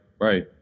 right